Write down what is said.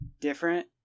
different